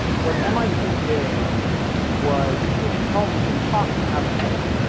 what mit did was it helped it taught me how to think.